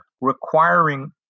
requiring